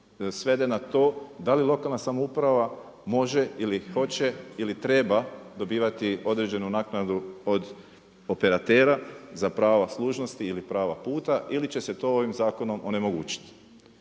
svede na to da li lokalne samouprava može ili hoće ili treba dobivati određenu naknadu od operatera za prava služnosti ili prava puta ili će se to ovim zakonom onemogućiti.